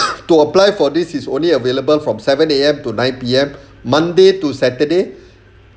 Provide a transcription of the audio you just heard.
to apply for this is only available from seven A_M to nine P_M monday to saturday